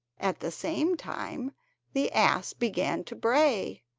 at the same time the ass began to bray,